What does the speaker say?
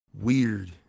weird